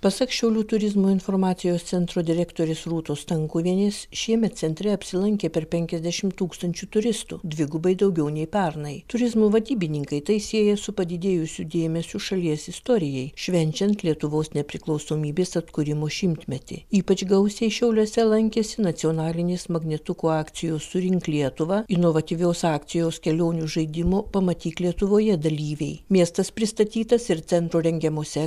pasak šiaulių turizmo informacijos centro direktorės rūtos stankuvienės šiemet centre apsilankė per penkiasdešim tūkstančių turistų dvigubai daugiau nei pernai turizmo vadybininkai tai sieja su padidėjusiu dėmesiu šalies istorijai švenčiant lietuvos nepriklausomybės atkūrimo šimtmetį ypač gausiai šiauliuose lankėsi nacionalinės magnetukų akcijos surink lietuvą inovatyvios akcijos kelionių žaidimo pamatyk lietuvoje dalyviai miestas pristatytas ir centro rengiamose